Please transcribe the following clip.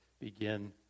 begin